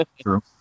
true